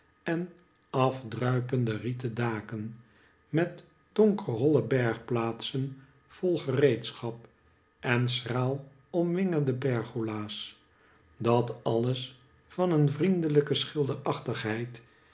en afdruipende rieten daken met donkcrholle bergplaatsen vol gereedschap en schraal omwingerde pergola's dat alles van een vriendelijke